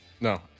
No